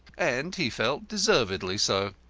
and he felt deservedly so.